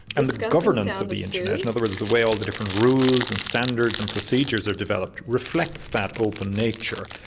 and the governance of the internet, in other words the way all the different rules and standards and procedures are developed, reflects that open nature.